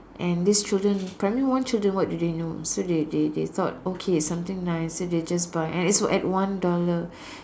and these children primary one children what do they know so they they they thought okay something nice so they just buy and it's at one dollar